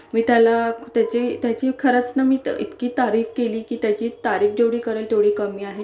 मी त्याला त्याची त्याची खरंच न मी इतकी तारीफ केली की त्याची तारीफ जेवढी करेल तेवढी कमी आहे